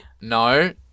No